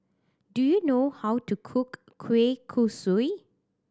do you know how to cook kueh kosui